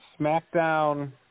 SmackDown